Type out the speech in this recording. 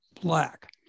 black